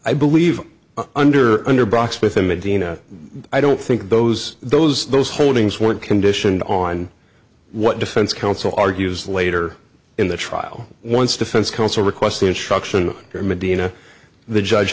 i believe under underbox with a medina i don't think those those those holdings weren't conditioned on what defense counsel argues later in the trial once defense counsel requests the instruction or medina the judge